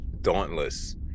dauntless